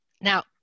Now